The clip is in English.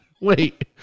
Wait